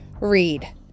read